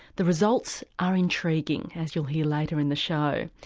the results are intriguing as you'll hear later in the show.